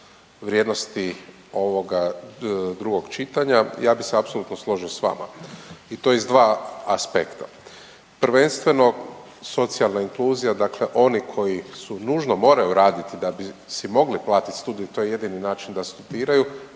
vrijednosti ovoga drugog čitanja. Ja bih se apsolutno složio s vama i to iz dva aspekta. Prvenstveno socijalna inkluzija, dakle oni koji su nužno moraju raditi da bi si mogli platiti studij, to je jedini način da studiraju,